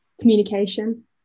communication